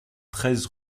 treize